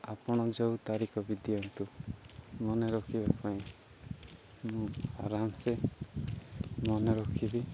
ଆପଣ ଯେଉଁ ତାରିଖ ବି ଦିଅନ୍ତୁ ମନେ ରଖିବା ପାଇଁ ମୁଁ ଆରାମ ସେ ମନେ ରଖିବି